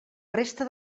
resta